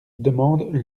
demandent